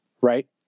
right